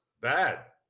bad